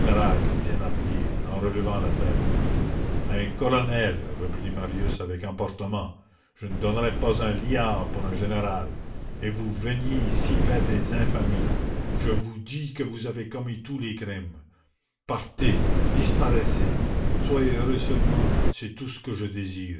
en relevant la tête à un colonel reprit marius avec emportement je ne donnerais pas un liard pour un général et vous veniez ici faire des infamies je vous dis que vous avez commis tous les crimes partez disparaissez soyez heureux seulement c'est tout ce que je désire